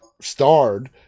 starred